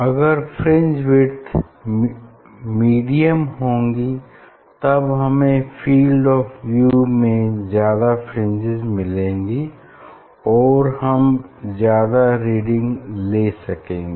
अगर fringe width medium होगी तब हमें फील्ड ऑफ़ व्यू में ज्यादा फ्रिंजेस मिलेंगी और हम ज्यादा रीडिंग ले सकेंगे